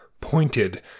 pointed